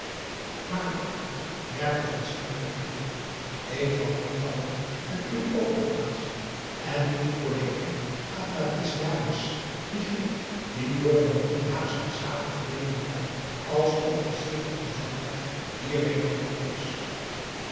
maar dokter merkte van schermbeek aan ik vat niet waarom men u overplaatst en niet je collega athadrissiadis dien griek die door het beroemde haagsche examen verleden jaar als officier van gezondheid hierheen gerold is